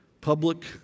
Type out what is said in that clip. public